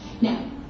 Now